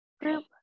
group